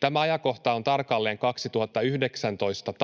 Tämä ajankohta on tarkalleen talvi 2019,